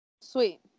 sweet